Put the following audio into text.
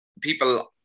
people